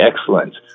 excellent